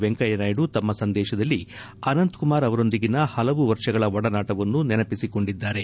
ವೆಂಕಯ್ಯನಾಯ್ದು ತಮ್ಮ ಸಂದೇಶದಲ್ಲಿ ಅನಂತಕುಮಾರ್ ಅವರೊಂದಿಗಿನ ಹಲವು ವರ್ಷಗಳ ಒಡನಾಟವನ್ನು ನೆನಪಿಸಿಕೊಂಡಿದ್ದಾರೆ